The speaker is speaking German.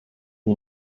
die